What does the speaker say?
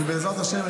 בעזרת השם,